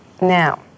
Now